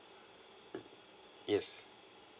yes